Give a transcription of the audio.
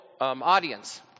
Audience